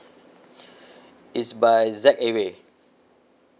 it's by Z airway